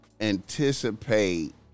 anticipate